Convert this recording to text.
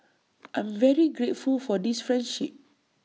I'm very grateful for this friendship